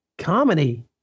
Comedy